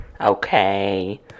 Okay